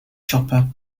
chopper